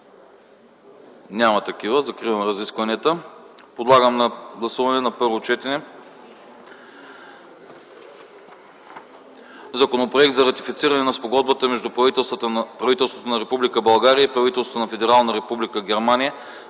Няма такива. Закривам разискванията. Подлагам на гласуване на първо четене Законопроект за ратифициране на Спогодбата между правителството на Република България и правителството на Федерална република Германия